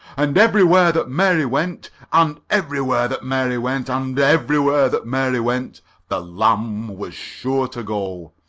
and everywhere that mary went and everywhere that mary went and everywhere that mary went the lamb was sure to go.